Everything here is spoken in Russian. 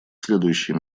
следующие